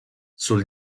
sul